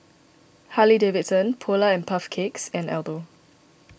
Harley Davidson Polar and Puff Cakes and Aldo